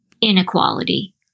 inequality